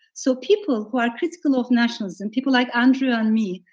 so people who are critical of nationalists and people like andrew and me,